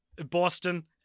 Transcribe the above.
Boston